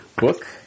book